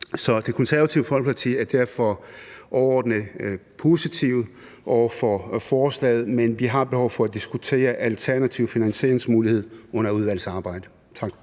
Det Konservative Folkeparti er derfor overordnet positive over for forslaget, men vi har behov for at diskutere alternative finansieringsmuligheder under udvalgsarbejdet.